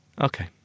Okay